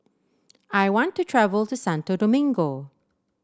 I want to travel to Santo Domingo